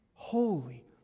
Holy